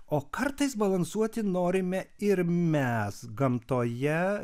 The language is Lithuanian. o kartais balansuoti norime ir mes gamtoje